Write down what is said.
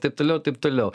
taip toliau taip toliau